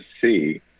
see